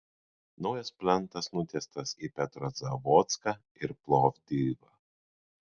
naujas plentas nutiestas į petrozavodską ir plovdivą